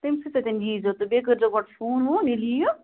تٔمۍسٕے سۭتٮ۪ن ییٖزیو بیٚیہ کٔرۍزیٚو گۄڈٕ فون وون ییٚلہِ یِیِو